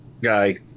guy